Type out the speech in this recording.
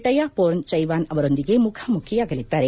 ಟಯಾಷೋರ್ನ್ ಚೈವಾನ್ ಅವರೊಂದಿಗೆ ಮುಖಾಮುಖಿಯಾಗಲಿದ್ದಾರೆ